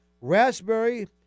Raspberry